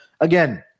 again